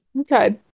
Okay